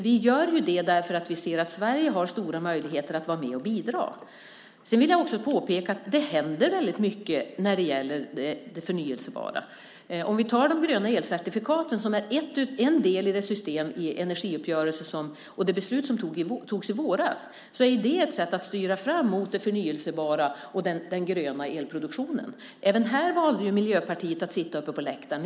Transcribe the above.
Vi gör så därför att vi ser att Sverige har stora möjligheter att vara med och bidra. Jag vill också påpeka att det händer mycket när det gäller det förnybara. De gröna elcertifikaten är en del i det beslut som fattades i våras om en energiuppgörelse. Det är ett sätt att styra fram mot det förnybara och den gröna elproduktionen. Även här har Miljöpartiet valt att sitta på läktaren.